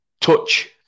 Touch